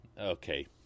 Okay